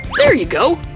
there you go!